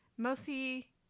Mostly